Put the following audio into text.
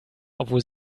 obwohl